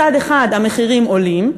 מצד אחד המחירים עולים,